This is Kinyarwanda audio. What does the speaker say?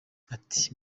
ati